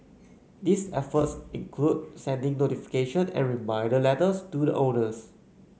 these efforts include sending notification and reminder letters to the owners